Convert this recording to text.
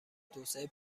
توسعه